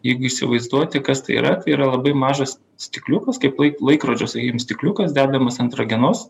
jeigu įsivaizduoti kas tai yra tai yra labai mažas stikliukas kaip lai laikrodžio sakykim stikliukas dedamas ant ragenos